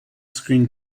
screen